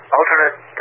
alternate